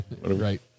Right